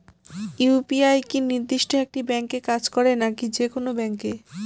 UPI কি নির্দিষ্ট একটি ব্যাংকে কাজ করে নাকি যে কোনো ব্যাংকে?